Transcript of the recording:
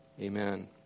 Amen